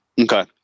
Okay